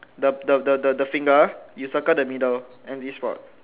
the the the the finger you circle the middle and this one